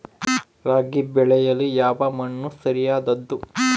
ರಾಗಿ ಬೆಳೆಯಲು ಯಾವ ಮಣ್ಣು ಸರಿಯಾದದ್ದು?